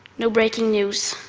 no breaking news.